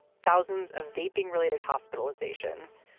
thousands of vaping related hospitalizations.